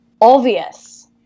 obvious